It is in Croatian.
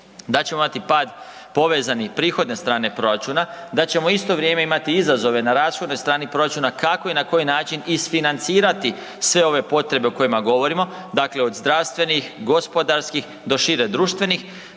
da ćemo imati pad povezani s prihodne strane proračuna, da ćemo u isto vrijeme imati izazove na rashodnoj strani proračuna kako i na koji način isfinancirati sve ove potrebe o kojima govorimo, dakle od zdravstvenih, gospodarskih do šire društvenih,